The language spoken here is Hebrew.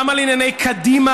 גם על ענייני קדימה,